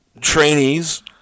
trainees